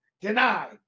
Denied